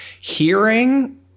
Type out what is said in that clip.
hearing